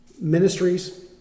ministries